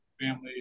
family